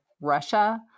Russia